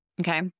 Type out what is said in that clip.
okay